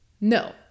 No